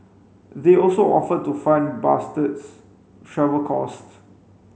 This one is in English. they also offered to fund Bastard's travel costs